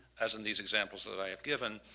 as in these examples that i have given,